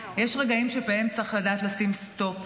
יש רגעים שבהם צריך לדעת לשים סטופ,